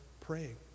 praying